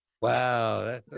Wow